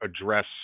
address